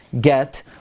get